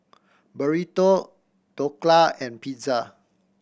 Burrito Dhokla and Pizza